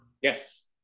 Yes